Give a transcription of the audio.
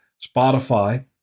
Spotify